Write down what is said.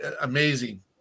Amazing